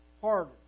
harder